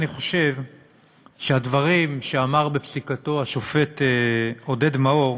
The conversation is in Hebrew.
אני חושב שהדברים שאמר בפסיקתו השופט עודד מאור,